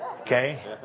Okay